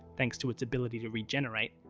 thanks to its ability to regenerate,